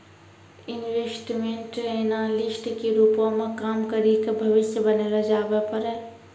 investment analyst के रूपो मे काम करि के भविष्य बनैलो जाबै पाड़ै